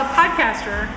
podcaster